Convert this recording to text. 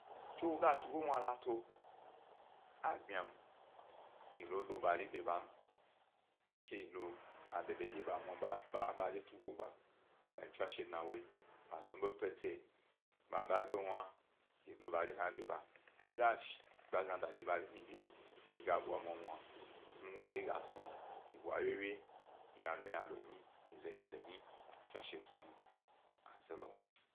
Tso wo ga tu go mwna la tu, abmyam yi lo lo ba ri biam, ke yi lo a de ndye ḃa badye tugo gba, bayi tswash dnawo, basnu bo pete, ḃa bagba wna yi lo ḃa ri hna bi ba yi ga kpa zma da de ba ri hni bi yi he ga ba mwamwa, muhni wori gas nu he bwa wyewye, ynalo ynalo, nyi ze nyize nyi. Tswashe snue aze lo.